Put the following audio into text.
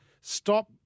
stop